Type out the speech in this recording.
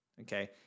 Okay